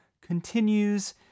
continues